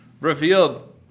revealed